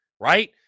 right